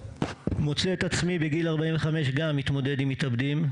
מוצא את עצמי בגיל 45 גם מתמודד עם מתאבדים.